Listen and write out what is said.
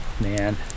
man